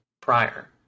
prior